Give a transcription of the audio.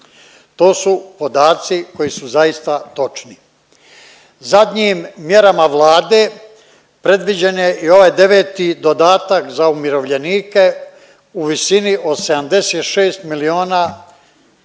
To su podaci koji su zaista točni. Zadnjim mjerama Vlade predviđen je i ovaj deveti dodatak za umirovljenike u visini od 76 miliona